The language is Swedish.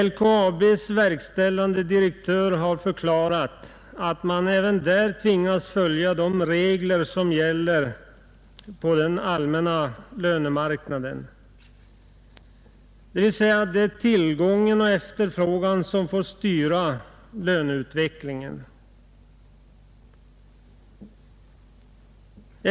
LKAB:s verkställande direktör har förklarat att man även där tvingas följa de regler som gäller på den allmänna lönemarknaden — dvs. tillgång och efterfrågan får styra löneutvecklingen.